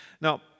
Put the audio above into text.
Now